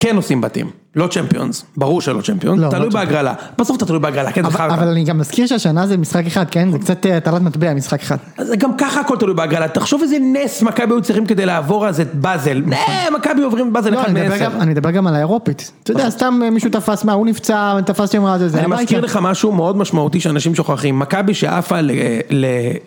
כן עושים בתים, לא צ'מפיונס, ברור שלא צ'מפיונס, תלוי בהגרלה, בסוף אתה תלוי בהגרלה, כזה בחברה. אבל אני גם מזכיר שהשנה זה משחק אחד, כן? זה קצת הטלת מטבע, משחק אחד. זה גם ככה הכול תלוי בהגרלה, תחשוב איזה נס מכבי הוא צריכים כדי לעבור אז את באזל, נה, מכבי עוברים בבאזל אחד מנסה. אני מדבר גם על האירופית, אתה יודע, סתם מישהו תפס מה, הוא נפצע, תפס יום רע זה, זה... אני מזכיר לך משהו מאוד משמעותי שאנשים שוכחים, מכבי שעפה ל...